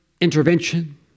intervention